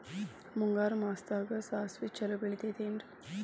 ಮುಂಗಾರು ಮಾಸದಾಗ ಸಾಸ್ವಿ ಛಲೋ ಬೆಳಿತೈತೇನ್ರಿ?